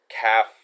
calf